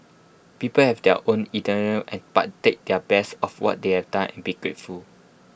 people have their own but take their best of what they have done and be grateful